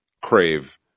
crave